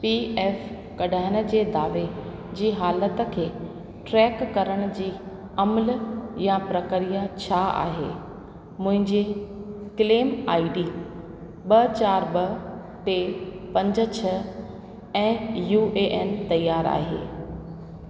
PF कढाइण जे दावे जी हालत खे ट्रैक करण जी अमलि यां प्रक्रिया छा आहे मुंहिंजी क्लेम आईडी ॿ चारि ॿ टे पंज छ ऐं यूएएन तयार आहे